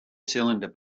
cylinder